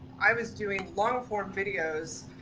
i was doing long form videos,